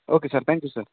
okay sir thank you sir